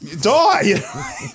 die